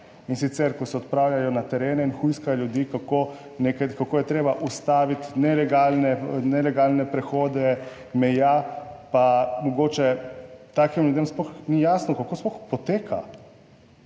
in sicer, ko se odpravljajo na teren in hujskajo ljudi, kako nekaj, kako je treba ustaviti nelegalne, nelegalne prehode meja, pa mogoče takim ljudem sploh ni jasno kako sploh poteka